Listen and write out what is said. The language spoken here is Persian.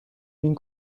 این